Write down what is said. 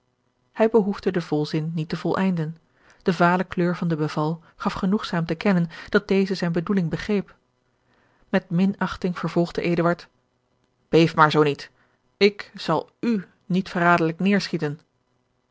hij behoefde den volzin niet te voleinden de vale kleur van de beval gaf genoegzaam te kennen dat deze zijne bedoeling begreep met minachting vervolgde eduard beef maar zoo niet ik zal u niet verraderlijk